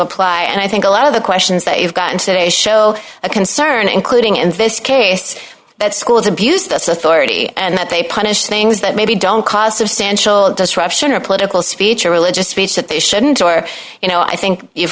apply and i think a lot of the questions that you've gotten today show a concern including in this case that schools abuse this authority and that they punish things that maybe don't cost substantially disruption or political speech or religious speech that they shouldn't or you know i think you've